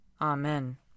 Amen